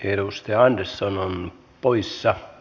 edustaja andersson on poissa